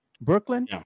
Brooklyn